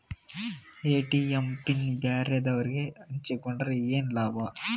ATM pin ಬ್ಯಾರೆದವರಗೆ ಹಂಚಿಕೊಂಡರೆ ಏನು ಲಾಭ?